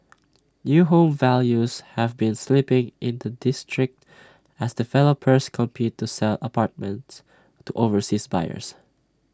new home values have been slipping in the district as developers compete to sell apartments to overseas buyers